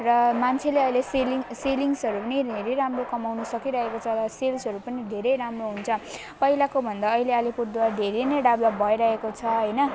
र मान्छेले अहिले सेलिङ सेलिङ्सहरू पनि धेरै राम्रो कमाउनु सकिरहेको छ र सेल्सहरू पनि धेरै राम्रो हुन्छ पहिलाको भन्दा अहिले अलिपुरद्वार धेरै नै डेभ्लोप भइरहेको छ हैन